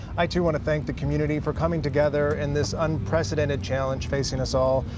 i too wanna thank the community for coming together in this unprecedented challenge facing us all.